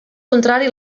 contrari